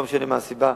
לא משנה מה הסיבה.